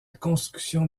construction